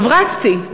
רצתי,